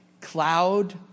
cloud